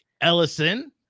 Ellison